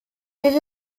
bydd